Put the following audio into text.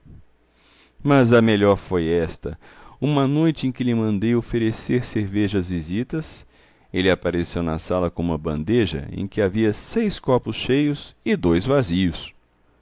mas a melhor foi esta uma noite em que lhe mandei oferecer cerveja às visitas ele apareceu na sala com uma bandeja em que havia seis copos cheios e dois vazios